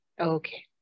Okay